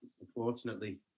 Unfortunately